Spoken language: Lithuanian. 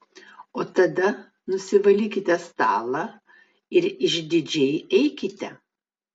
o tada nusivalykite stalą ir išdidžiai eikite